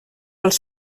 els